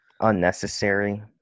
unnecessary